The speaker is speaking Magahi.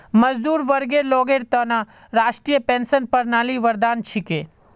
मजदूर वर्गर लोगेर त न राष्ट्रीय पेंशन प्रणाली वरदान छिके